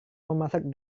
memasak